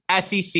SEC